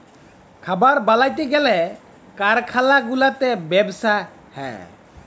খাবার বালাতে গ্যালে কারখালা গুলাতে ব্যবসা হ্যয়